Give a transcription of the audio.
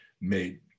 made